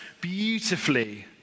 beautifully